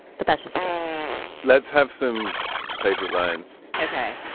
but that's just a guess let's have some favorite lines okay.